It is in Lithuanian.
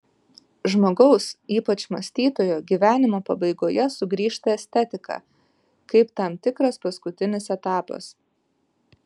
žmogaus ypač mąstytojo gyvenimo pabaigoje sugrįžta estetika kaip tam tikras paskutinis etapas